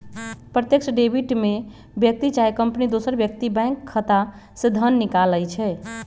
प्रत्यक्ष डेबिट में व्यक्ति चाहे कंपनी दोसर व्यक्ति के बैंक खता से धन निकालइ छै